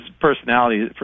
personality